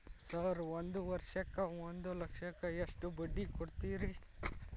Sir ಒಂದು ವರ್ಷಕ್ಕ ಒಂದು ಲಕ್ಷಕ್ಕ ಎಷ್ಟು ಬಡ್ಡಿ ಕೊಡ್ತೇರಿ?